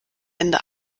ende